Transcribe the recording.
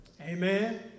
Amen